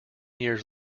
years